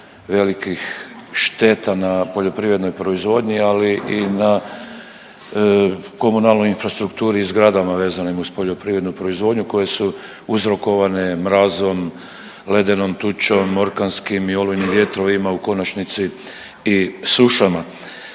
velikih šteta na poljoprivrednoj proizvodnji, ali i na komunalnoj infrastrukturi i zgrada vezanim uz poljoprivrednu proizvodnju, koje su uzrokovane mrazom, ledenom tučom, orkanskim i olujnim vjetrovima, u konačnici i sušama.